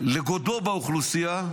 לגודלם באוכלוסייה,